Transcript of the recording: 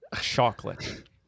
Chocolate